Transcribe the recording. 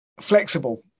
flexible